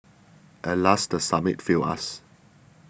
alas the summit failed us